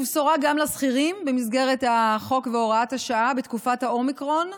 ובשורה גם לשכירים במסגרת החוק והוראת השעה בתקופת האומיקרון,